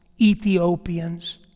Ethiopians